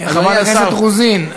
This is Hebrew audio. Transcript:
חברת הכנסת רוזין,